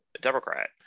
Democrat